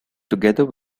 together